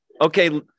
Okay